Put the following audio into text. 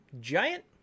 giant